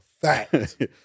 fact